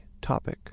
topic